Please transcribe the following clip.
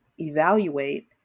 evaluate